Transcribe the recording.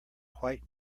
quite